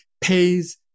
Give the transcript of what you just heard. pays